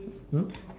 mm